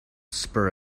spur